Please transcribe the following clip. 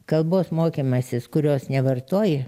kalbos mokymasis kurios nevartoji